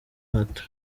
hato